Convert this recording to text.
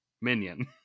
Minion